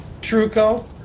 Truco